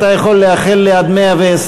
אתה יכול לאחל לי עד מאה-ועשרים,